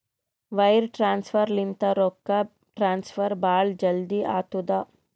wire transfer ಲಿಂತ ರೊಕ್ಕಾ transfer ಭಾಳ್ ಜಲ್ದಿ ಆತ್ತುದ